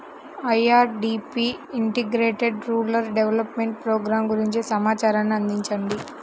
IRDP integrated rural development programme గురించి సమాచారాన్ని అందించండి?